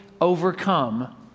overcome